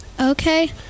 Okay